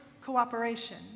cooperation